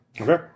Okay